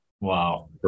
Wow